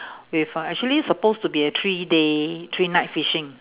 with uh actually supposed to be a three day three night fishing